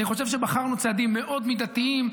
אני חושב שבחרנו צעדים מאוד מידתיים,